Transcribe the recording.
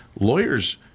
lawyers